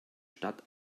stadt